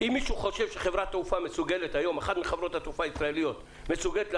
אם מישהו חושב שאחת מחברות התעופה הישראליות מסוגלת היום